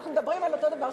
אנחנו מדברים על אותו הדבר,